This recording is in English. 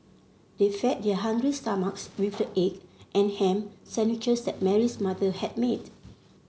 they fed their hungry stomachs with the egg and ham sandwiches that Mary's mother had made